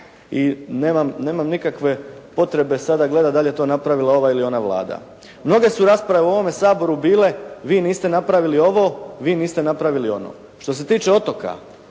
i nemam nikakve potrebe sada gledati da li je to napravila ova ili ona Vlada. Mnoge su rasprave u ovome Saboru bile, vi niste napravili ovo, vi niste napravili ono. Što se tiče otoka